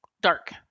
dark